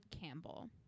Campbell